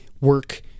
work